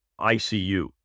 ICU